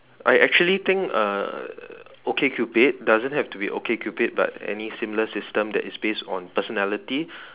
I actually think uh okay cupid doesn't have to be okay cupid but any similar system that is based on personality